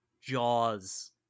jaws